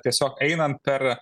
tiesiog einant per